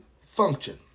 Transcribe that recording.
function